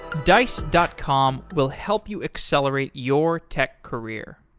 dice dot com will help you accelerate your tech career.